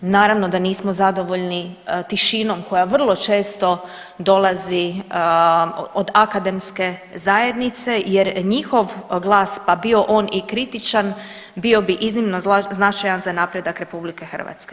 Naravno da nismo zadovoljni tišinom koja vrlo često dolazi od akademske zajednice jer njihov glas, pa bio on i kritičan, bio bi iznimno značajan za napredak RH.